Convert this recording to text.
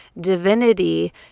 Divinity